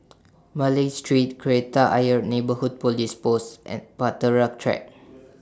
Malay Street Kreta Ayer Neighbourhood Police Post and Bahtera Track